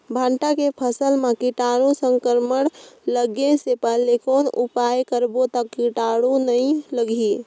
भांटा के फसल मां कीटाणु संक्रमण लगे से पहले कौन उपाय करबो ता कीटाणु नी लगही?